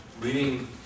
leading